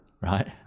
Right